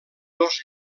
dos